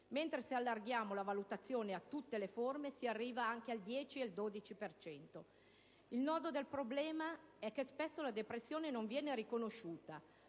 mentre se allarghiamo la valutazione a tutte le forme si arriva anche al 10-12 per cento. Il nodo del problema è che spesso la depressione non viene riconosciuta.